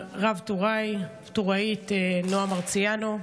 לרב-טוראית נועה מרציאנו.